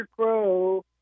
Crow